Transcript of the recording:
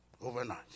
overnight